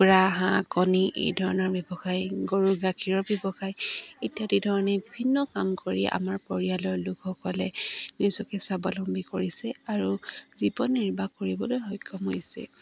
কুকুৰা হাঁহ কণী এই ধৰণৰ ব্যৱসায় গৰু গাখীৰৰ ব্যৱসায় ইত্যাদি ধৰণে বিভিন্ন কাম কৰি আমাৰ পৰিয়ালৰ লোকসকলে নিজকে স্বাৱলম্বী কৰিছে আৰু জীৱন নিৰ্বাহ কৰিবলৈ সক্ষম হৈছে